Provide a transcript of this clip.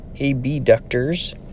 abductors